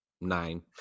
nine